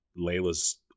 Layla's